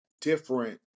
different